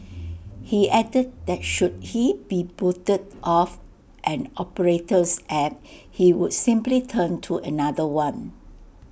he added that should he be booted off an operator's app he would simply turn to another one